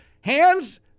hands